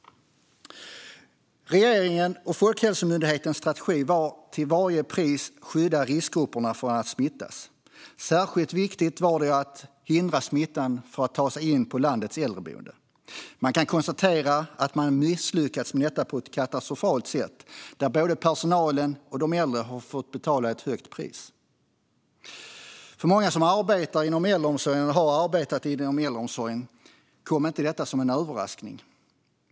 Regeringen och Folkhälsomyndighetens strategi var att till varje pris skydda riskgrupperna från att smittas. Särskilt viktigt var det att hindra smittan från att ta sig in på landets äldreboenden. Man kan nu konstatera att man har misslyckats med det på ett katastrofalt sätt och att både personalen och de äldre har fått betala ett högt pris. För många som arbetar eller har arbetat inom äldreomsorgen kom detta inte som en överraskning.